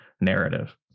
narrative